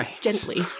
gently